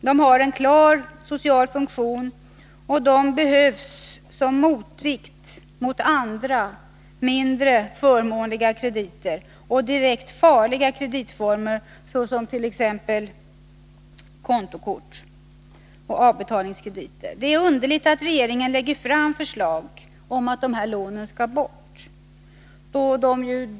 De har en klar social funktion, och de behövs som motvikt mot andra mindre förmånliga krediter och direkt farliga kreditformer, såsom kontokort och avbetalningskrediter. Det är underligt att regeringen lägger fram förslag om att dessa lån skall bort.